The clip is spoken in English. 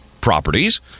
Properties